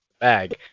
bag